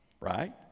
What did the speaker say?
Right